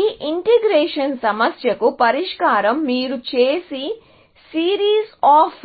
ఈ ఇంటిగ్రేషన్ సమస్యకు పరిష్కారం మీరు చేసే సిరీస్ అఫ్